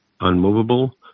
unmovable